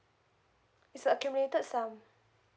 it's accumulated some